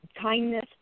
kindness